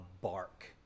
bark